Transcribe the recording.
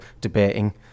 debating